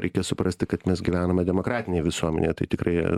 reikia suprasti kad mes gyvename demokratinėj visuomenėje tai tikrai